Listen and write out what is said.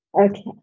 Okay